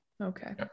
okay